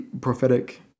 prophetic